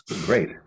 great